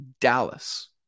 Dallas